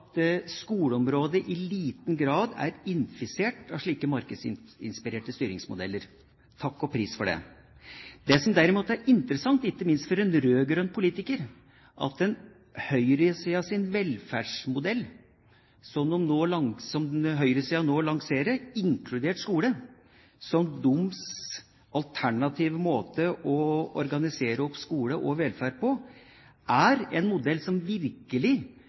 skoleområdet i liten grad er infisert av slike markedsinspirerte styringsmodeller. Takk og pris for det! Det som derimot er interessant, ikke minst for en rød-grønn politiker, er at høyresidens velferdsmodell, inkludert skole, som de nå lanserer som sin alternative måte å organisere opp skole og velferd på, er en modell som virkelig